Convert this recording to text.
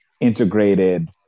integrated